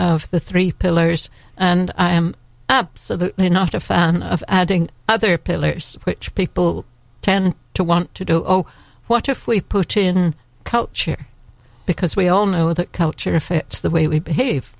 of the three pillars and i am absolutely not a fan of adding other pillars which people tend to want to do what if we put in culture because we all know that culture if it's the way we behave